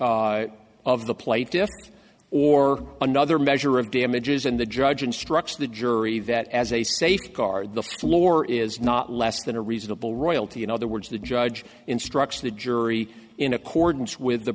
the of the plaintiffs or another measure of damages and the judge instructs the jury that as a safeguard the floor is not less than a reasonable royalty in other words the judge instructs the jury in accordance with the